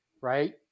right